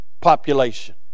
population